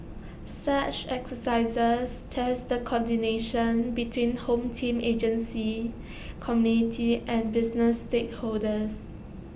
such exercises test the coordination between home team agencies community and business stakeholders